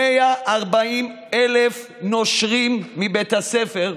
140,000 נושרים מבית הספר,